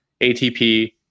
atp